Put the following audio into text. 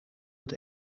het